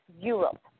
Europe